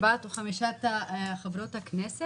14 או 15 חברות הכנסת,